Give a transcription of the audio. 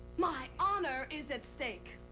my honor is at stake.